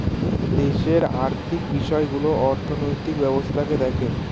দেশের আর্থিক বিষয়গুলো অর্থনৈতিক ব্যবস্থাকে দেখে